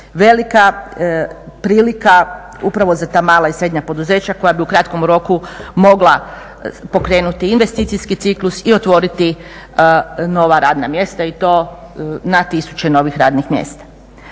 velika prilika upravo za ta mala i srednja poduzeća koja bi u kratkom roku mogla pokrenuti investicijskih ciklus i otvoriti nova radna mjesta i to na tisuće novih radnih mjesta.